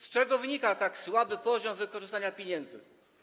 Z czego wynika tak słaby poziom wykorzystania pieniędzy?